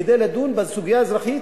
כדי לדון בסוגיה האזרחית,